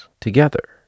together